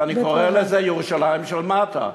אני קורא לזה "ירושלים של מטה".